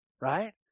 Right